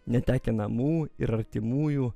netekę namų ir artimųjų